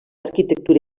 arquitectura